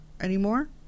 anymore